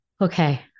okay